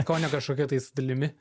skonio kažkokia tai su dalimi